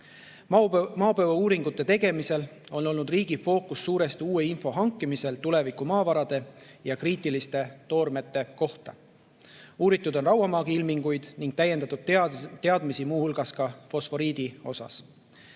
Maapõueuuringute tegemisel on olnud riigi fookus suuresti uue info hankimisel tulevikumaavarade ja kriitiliste toormete kohta. Uuritud on rauamaagi ilminguid ning täiendatud teadmisi muu hulgas fosforiidi alal.